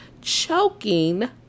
choking